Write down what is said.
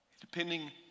Depending